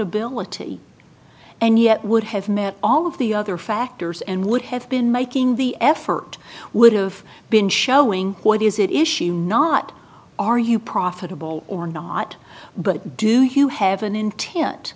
ability and yet would have met all of the other factors and would have been making the effort would've been showing what is it issue not are you profitable or not but do you have an intent